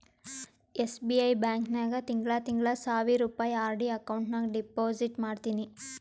SBI bank ನಾಗ್ ತಿಂಗಳಾ ತಿಂಗಳಾ ಸಾವಿರ್ ರುಪಾಯಿ ಆರ್.ಡಿ ಅಕೌಂಟ್ ನಾಗ್ ಡೆಪೋಸಿಟ್ ಮಾಡ್ತೀನಿ